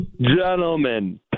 gentlemen